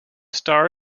star